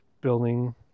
building